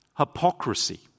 hypocrisy